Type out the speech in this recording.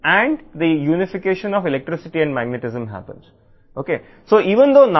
మరియు విద్యుత్ మరియు మ్యాగ్నిటిజమ్ యొక్క ఇన్టిగ్రేషన్ జరుగుతుంది